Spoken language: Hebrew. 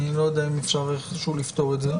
אני לא יודע אם אפשר איכשהו לפתור את זה.